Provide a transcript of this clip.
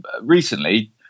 recently